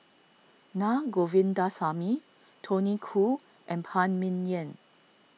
Na Govindasamy Tony Khoo and Phan Ming Yen